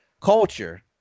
culture